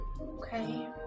Okay